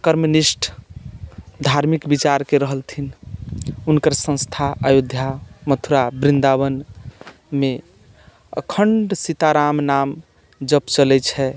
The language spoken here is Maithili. कर्मनिष्ठ धार्मिक विचारके रहलथिन हुनकर सँस्था अयोध्या मथुरा वृन्दावनमे अखण्ड सीताराम नाम जप चलैत छै